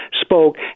spoke